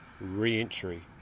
re-entry